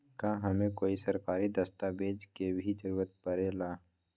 का हमे कोई सरकारी दस्तावेज के भी जरूरत परे ला?